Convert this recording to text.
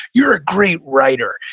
you're a great writer.